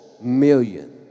Million